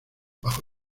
bajo